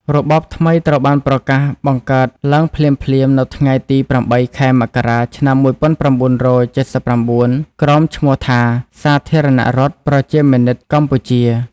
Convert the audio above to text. របបថ្មីត្រូវបានប្រកាសបង្កើតឡើងភ្លាមៗនៅថ្ងៃទី ៨ ខែមករា ឆ្នាំ ១៩៧៩ ក្រោមឈ្មោះថា "សាធារណរដ្ឋប្រជាមានិតកម្ពុជា"។